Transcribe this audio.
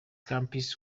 campus